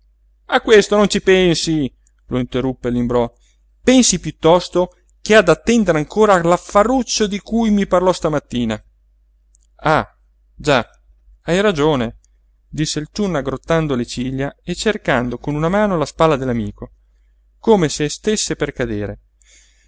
a questo non ci pensi lo interruppe l'imbrò pensi piuttosto che ha da attendere ancora all'affaruccio di cui mi parlò stamattina ah già hai ragione disse il ciunna aggrottando le ciglia e cercando con una mano la spalla dell'amico come se stesse per cadere